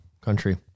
country